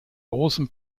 großen